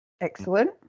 Excellent